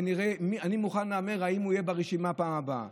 אני מוכן להמר אם הוא יהיה ברשימה בפעם הבאה.